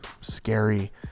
scary